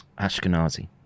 Ashkenazi